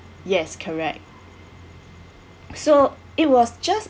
yes correct so it was just